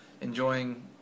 enjoying